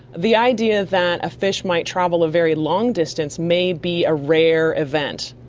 the idea that a fish might travel a very long distance may be a rare event,